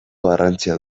garrantzia